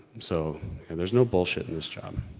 so there's no bullshit in this job.